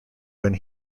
when